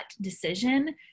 decision